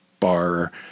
bar